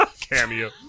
Cameo